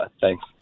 thanks